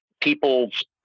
people's